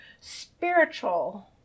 spiritual